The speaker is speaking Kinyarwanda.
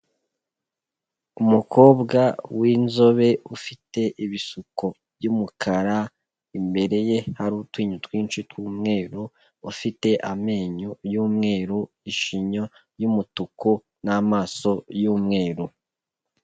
Umukobwa w'inzobe ufite ibisuko by'umukara, imbere ye hari utwinyo twinshi tw'umweru, ufite amenyo y'umweru ishinya y'umutuku n'amaso y'umweru.